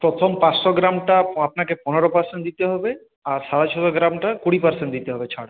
প্রথম পাঁচশো গ্রামটা আপনাকে পনেরো পারসেন্ট দিতে হবে আর সাড়ে ছশো গ্রামটার কুড়ি পারসেন্ট দিতে হবে ছাড়